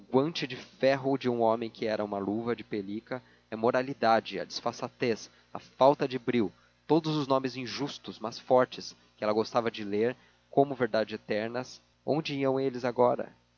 de ferro de um homem que era uma luva de pelica a imoralidade a desfaçatez a falta de brio todos os nomes injustos mas fortes que ela gostava de ler como verdades eternas onde iam eles agora